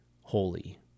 holy